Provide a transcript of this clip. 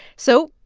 so,